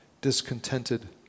discontented